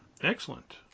Excellent